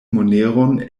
moneron